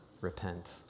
repent